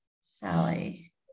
Sally